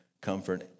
comfort